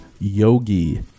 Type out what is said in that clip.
yogi